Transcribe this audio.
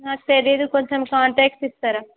నాకు తెలీదు కొంచెం కాంటాక్ట్స్ ఇస్తారా